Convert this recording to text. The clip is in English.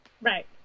Right